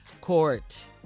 Court